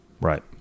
Right